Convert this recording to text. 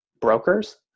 brokers